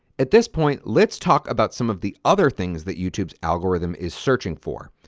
at this point let's talk about some of the other things that youtube's algorithm is searching for.